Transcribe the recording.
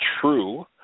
true